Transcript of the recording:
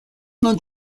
non